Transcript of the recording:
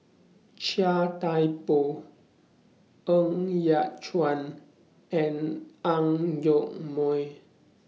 Chia Thye Poh Ng Yat Chuan and Ang Yoke Mooi